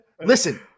Listen